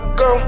go